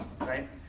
right